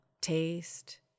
taste